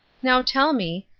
now tell me,